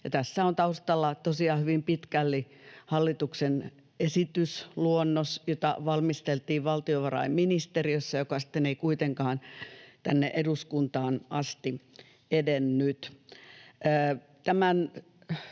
Tässä on taustalla tosiaan hyvin pitkälti hallituksen esitysluonnos, jota valmisteltiin valtiovarainministeriössä ja joka sitten ei kuitenkaan tänne eduskuntaan asti edennyt.